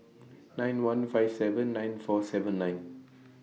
nine one five seven nine four seven nine